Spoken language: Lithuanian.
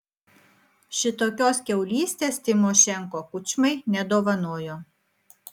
šitokios kiaulystės tymošenko kučmai nedovanojo